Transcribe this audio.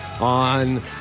on